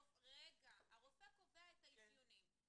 הרופא קובע את האפיונים.